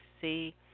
see